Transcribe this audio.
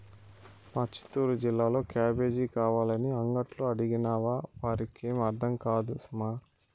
మా చిత్తూరు జిల్లాలో క్యాబేజీ కావాలని అంగట్లో అడిగినావా వారికేం అర్థం కాదు సుమా